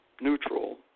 neutral